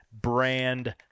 brand